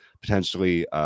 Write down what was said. potentially